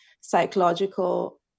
psychological